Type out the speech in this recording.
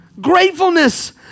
Gratefulness